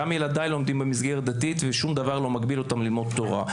גם ילדיי לומדים במסגרת דתית ושום דבר לא מגביל אותם ללמוד תורה,